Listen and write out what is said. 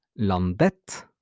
landet